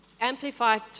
Amplified